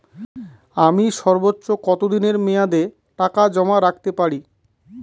আমি সর্বোচ্চ কতদিনের মেয়াদে টাকা জমা রাখতে পারি?